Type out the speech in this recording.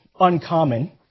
uncommon